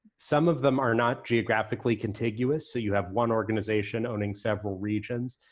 some of them are not geographically contiguous, so you have one organization owning several regions.